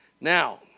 Now